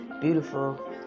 beautiful